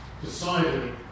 decided